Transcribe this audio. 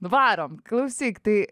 varom klausyk tai